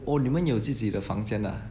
oh 你们有自己的房间 ah